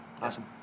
awesome